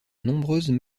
nombreuses